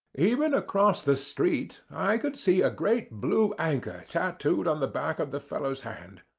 even across the street i could see a great blue anchor tattooed on the back of the fellow's hand.